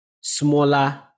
smaller